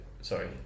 sorry